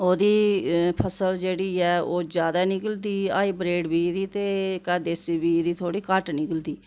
ओह्दी फसल जेह्ड़ी ऐ ओह् ज्यादा निकलदी हाईब्रेड बीऽ दी ते इक देसी बीऽ दी थोह्ड़ी घट्ट निकलदी